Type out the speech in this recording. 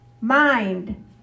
mind